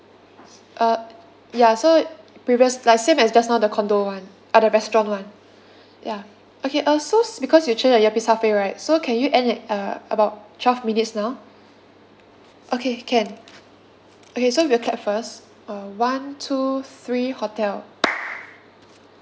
err ya so previous like same as just now the condominium [one] uh the restaurant ya okay uh so because you chose the yuppies halfway right so can you end at uh about twelve minutes now okay can okay so we will clap first uh [one] two three hotel